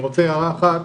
הנושא הזה,